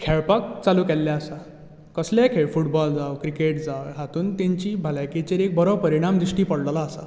खेळपाक चालू केल्ले आसा कसलेंय खेळ फुटबॉल जावं क्रिकेट जावं हांतून तांची भलाकेचेरूय बरो परिणाम दिश्टी पडलोलो आसा